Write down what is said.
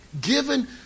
given